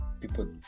people